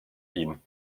ihn